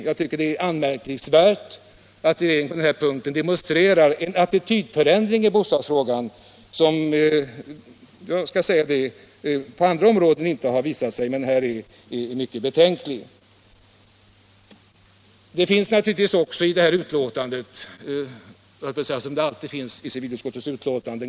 Jag tycker att det är anmärkningsvärt att man på denna punkt demonstrerar en mycket betänklig attitydförändring i bostadsfrågan. I det här betänkandet finns naturligtvis också glädjeämnen — som det alltid finns i civilutskottets betänkanden.